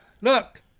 Look